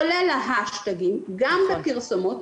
כולל ההאשטאגים גם בפרסומות.